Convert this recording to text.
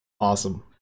Awesome